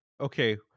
Okay